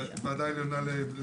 הוועדה העליונה.